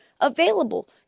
available